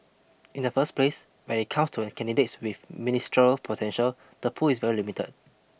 in the first place when it comes to candidates with ministerial potential the pool is very limited